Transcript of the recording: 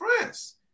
France